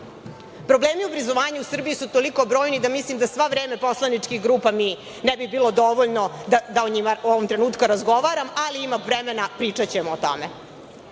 dekana“.Problemi obrazovanja u Srbiji su toliko brojni, da mislim da sve vreme poslaničkih grupa mi ne bi bilo dovoljno da o njima u ovom trenutku razgovaram, ali ima vremena, pričaćemo o